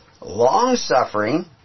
long-suffering